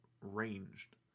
ranged